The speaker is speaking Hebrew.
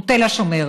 הוא תל השומר.